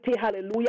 hallelujah